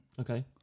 Okay